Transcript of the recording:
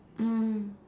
mmhmm